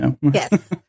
Yes